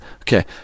okay